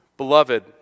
Beloved